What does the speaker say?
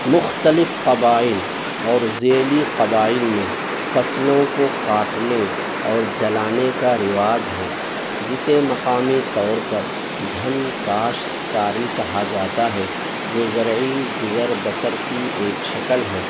مختلف قبائل اور ذیلی قبائل میں فصلوں کو کاٹنے اور جلانے کا رواج ہے جسے مقامی طور پر جھم کاشتکاری کہا جاتا ہے جو زرعی گزر بسر کی ایک شکل ہے